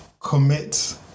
commit